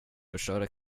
förstöra